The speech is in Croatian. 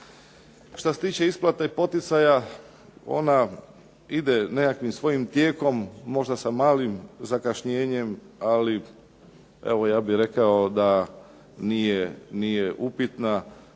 Što se tiče isplate poticaja ona ide nekakvim svojim tijekom možda sa malim zakašnjenjem, ali evo ja bih rekao da nije upitna,